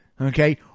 Okay